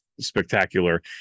spectacular